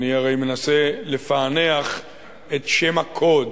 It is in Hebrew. אני הרי מנסה לפענח את שם הקוד,